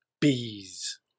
bees